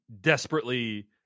desperately